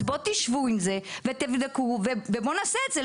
אז בואו תשבו עם זה, תבדקו ונעשה את זה.